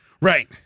Right